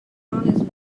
honest